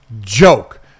joke